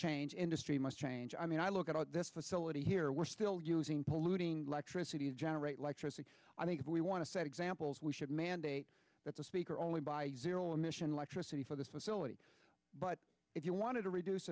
change industry must change i mean i look at this facility here we're still using polluting electricity is generated electricity i think if we want to set examples we should mandate that the speaker only buy a zero emission like tricity for this facility but if you want to reduce